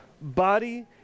body